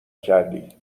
کردی